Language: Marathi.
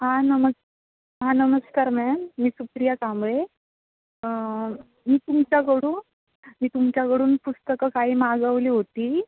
हां नमस हा नमस्कार मॅम मी सुप्रिया कांबळे मी तुमच्याकडून मी तुमच्याकडून पुस्तकं काही मागवली होती